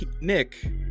Nick